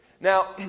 Now